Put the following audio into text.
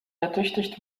ertüchtigt